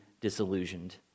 disillusioned